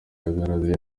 yagaragaye